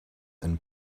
and